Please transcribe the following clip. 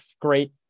great